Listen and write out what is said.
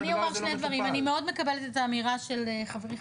אני אומר שני דברים: אני מאוד מקבלת את האמירה של חברי,